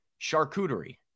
Charcuterie